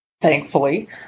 Thankfully